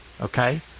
okay